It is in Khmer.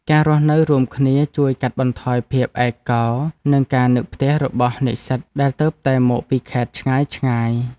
ការរស់នៅរួមគ្នាជួយកាត់បន្ថយភាពឯកោ និងការនឹកផ្ទះរបស់និស្សិតដែលទើបតែមកពីខេត្តឆ្ងាយៗ។